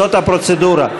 זאת הפרוצדורה.